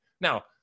Now